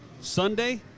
Sunday